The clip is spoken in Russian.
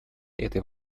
этой